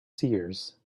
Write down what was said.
seers